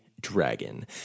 dragon